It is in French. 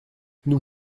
nous